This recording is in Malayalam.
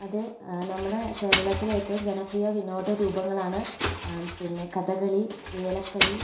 അതേ നമ്മുടെ കേരളത്തിലെ ഏറ്റവും ജനപ്രിയ വിനോദ രൂപങ്ങളാണ് പിന്നെ കഥകളി വേലക്കളി